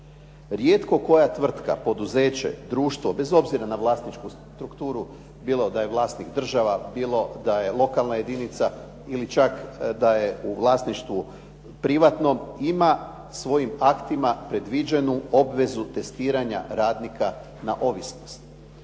Rijetko koja tvrtka, poduzeće, društvo bez obzira na vlasničku strukturu bilo da je vlasnik država, bilo da je lokalna jedinica ili čak da je u vlasništvu privatnom ima svojim aktima predviđenu obvezu testiranja radnika na ovisnost.